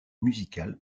musicales